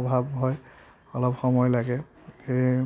অভাৱ হয় অলপ সময় লাগে সেয়ে